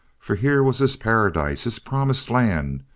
for here was his paradise, his promised land,